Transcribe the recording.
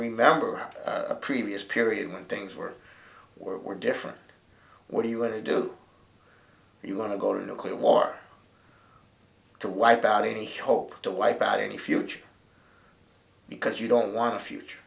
remember a previous period when things were were different where you were do you want to go to nuclear war to wipe out any hope to wipe out any future because you don't want a future